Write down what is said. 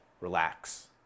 Relax